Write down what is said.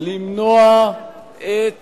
למנוע את